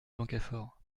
blancafort